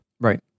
right